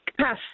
Pass